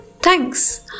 Thanks